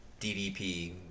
DDP